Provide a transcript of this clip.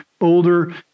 older